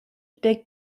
big